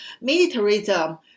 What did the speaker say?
militarism